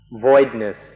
voidness